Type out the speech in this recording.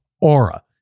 Aura